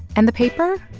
and the paper,